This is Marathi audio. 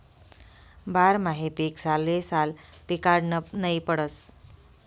बारमाही पीक सालेसाल पिकाडनं नै पडस